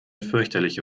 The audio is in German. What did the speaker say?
fürchterliche